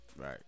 Right